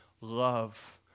love